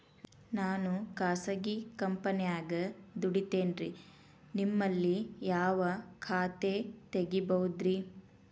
ನಾನು ಖಾಸಗಿ ಕಂಪನ್ಯಾಗ ದುಡಿತೇನ್ರಿ, ನಿಮ್ಮಲ್ಲಿ ಯಾವ ಖಾತೆ ತೆಗಿಬಹುದ್ರಿ?